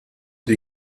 die